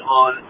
on